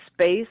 space